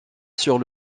sur